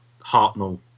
Hartnell